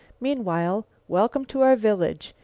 meanwhile, welcome to our village!